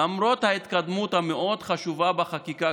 למרות ההתקדמות המאוד-חשובה בחקיקה,